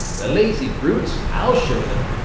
the lazy brutes, i'll show them,